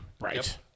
Right